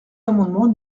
amendement